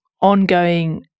ongoing